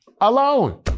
alone